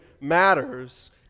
matters